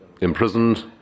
imprisoned